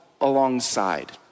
alongside